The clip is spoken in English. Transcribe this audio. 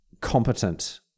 competent